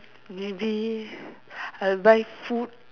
maybe I'll buy food